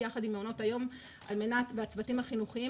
מאוד יחד עם מעונות היום והצוותים החינוכיים,